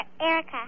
Erica